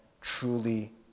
truly